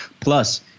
Plus